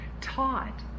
taught